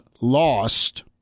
lost